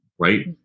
right